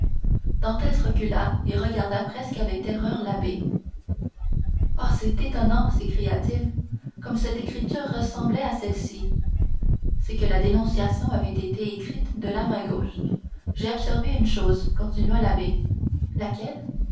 dantès recula et regarda presque avec terreur l'abbé oh c'est étonnant s'écria-t-il comme cette écriture ressemblait à celle-ci c'est que la dénonciation avait été écrite de la main gauche j'ai observé une chose continua l'abbé laquelle